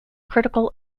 critical